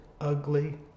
ugly